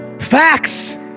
facts